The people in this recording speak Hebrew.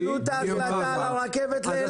אז אתה --- אבל ביטלו את ההחלטה על הרכבת לאילת.